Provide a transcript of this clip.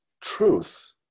truth